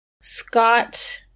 Scott